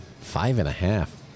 Five-and-a-half